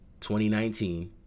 2019